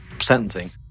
sentencing